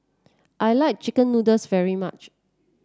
I like chicken noodles very much